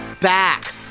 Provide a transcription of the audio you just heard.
back